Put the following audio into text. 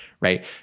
right